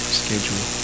schedule